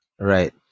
Right